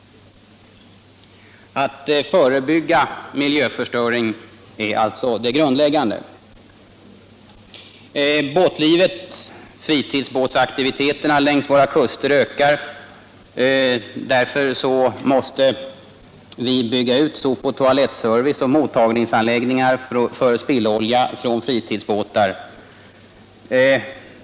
Att förebygga miljöförstöring är alltså det grundläggande. Fritidsbåtstrafiken längs våra kuster ökar. Därför måste vi bygga ut sopoch toalettservice och mottagningsanläggningar för spillolja från fritidsbåtar.